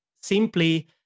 simply